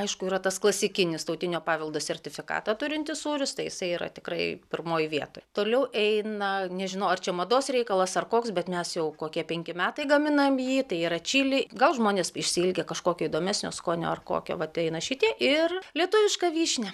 aišku yra tas klasikinis tautinio paveldo sertifikatą turintis sūris tai jisai yra tikrai pirmoj vietoj toliau eina nežinau ar čia mados reikalas ar koks bet nes jau kokie penki metai gaminam jį tai yra čili gal žmonės išsiilgę kažkokio įdomesnio skonio ar kokio vat eina šitie ir lietuviška vyšnia